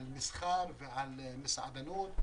מסחר ועל מסעדנות,